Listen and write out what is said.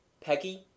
Peggy